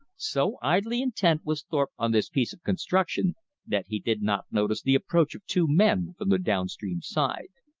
so idly intent was thorpe on this piece of construction that he did not notice the approach of two men from the down-stream side.